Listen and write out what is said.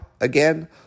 again